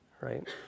right